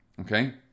Okay